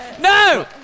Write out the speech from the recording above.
No